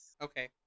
Okay